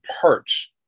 parts